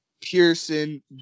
Pearson